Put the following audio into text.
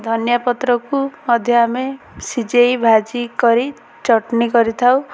ଧନିଆ ପତ୍ରକୁ ମଧ୍ୟ ଆମେ ସିଜେଇ ଭାଜି କରି ଚଟଣି କରିଥାଉ